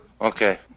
Okay